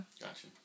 Gotcha